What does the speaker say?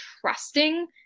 trusting